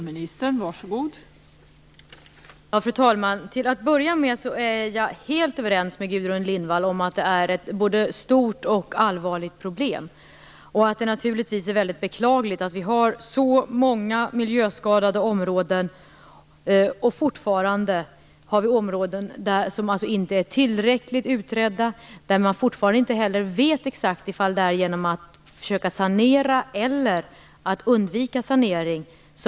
Fru talman! Till att börja med är jag helt överens med Gudrun Lindvall om att det här är ett både stort och allvarligt problem, och det är naturligtvis väldigt beklagligt att vi har så många miljöskadade områden. Fortfarande finns det också områden där man inte utrett problemen tillräckligt, och man vet inte heller exakt om man får de minsta miljöeffekterna genom att försöka sanera eller genom att undvika sanering.